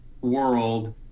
world